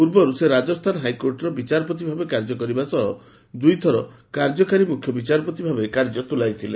ପୂର୍ବରୁ ସେ ରାଜସ୍ତାନ ହାଇକୋର୍ଟର ବିଚାରପତି ଭାବେ କାର୍ଯ୍ୟ କରିବା ସହ ଦୁଇଥର କାର୍ଯ୍ୟକାରୀ ମୁଖ୍ୟବିଚାରପତି ଭାବେ କାର୍ଯ୍ୟ ତୁଲାଇଥିଲେ